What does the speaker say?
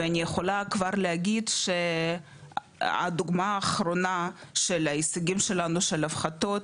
ואני יכולה כבר להגיד שהדוגמה האחרונה של ההישגים שלנו של הפחתות,